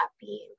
happy